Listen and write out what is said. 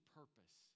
purpose